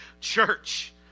church